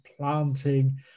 planting